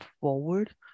forward